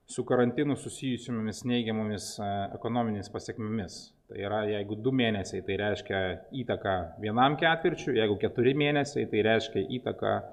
su karantinu susijusiomis neigiamomis ekonominėmis pasekmėmis tai yra jeigu du mėnesiai tai reiškia įtaką vienam ketvirčiui jeigu keturi mėnesiai tai reiškia įtaką